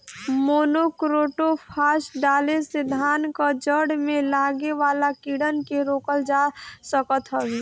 monocrotophos डाले से धान कअ जड़ में लागे वाला कीड़ान के रोकल जा सकत हवे